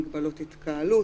מגבלות התקהלות